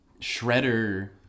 Shredder